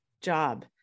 job